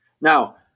Now